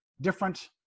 different